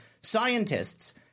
scientists